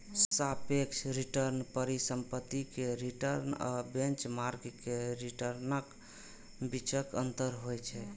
सापेक्ष रिटर्न परिसंपत्ति के रिटर्न आ बेंचमार्क के रिटर्नक बीचक अंतर होइ छै